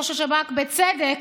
ראש השב"כ בצדק